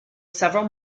several